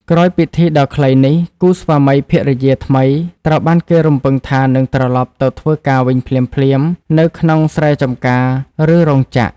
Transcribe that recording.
ក្រោយពិធីដ៏ខ្លីនេះ គូស្វាមីភរិយាថ្មីត្រូវបានគេរំពឹងថានឹងត្រឡប់ទៅធ្វើការវិញភ្លាមៗនៅក្នុងស្រែចម្ការឬរោងចក្រ។